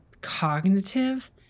cognitive